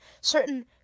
certain